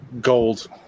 gold